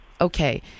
okay